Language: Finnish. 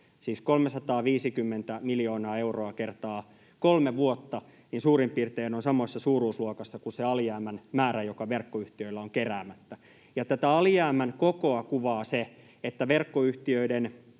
siis 350 miljoonaa euroa kertaa 3 vuotta, ja on suurin piirtein samassa suuruusluokassa kuin se alijäämän määrä, joka verkkoyhtiöillä on keräämättä. Tätä alijäämän kokoa kuvaa se, että verkkoyhtiöiden